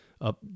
up